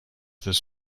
this